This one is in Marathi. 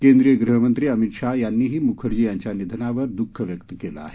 केंद्रीय गृहमंत्री अमित शाहा यांनीही मुखर्जी यांच्या निधनावर द्रःख व्यक्त केलं आहे